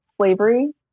slavery